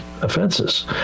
offenses